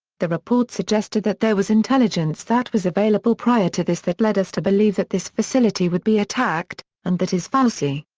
the report suggested that there was intelligence that was available prior to this that led us to believe that this facility would be attacked, and that is false.